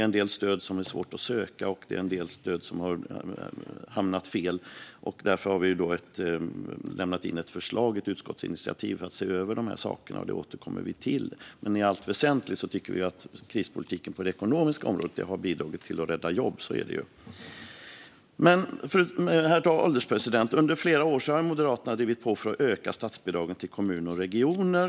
En del stöd är svåra att söka, och en del stöd har hamnat fel. Därför har vi lagt fram ett förslag till ett utskottsinitiativ om att se över de sakerna. Det återkommer vi till. Men i allt väsentligt tycker vi att krispolitiken på det ekonomiska området har bidragit till att rädda jobb. Herr ålderspresident! Dock har Moderaterna under flera år drivit på för att öka statsbidragen till kommuner och regioner.